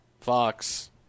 Fox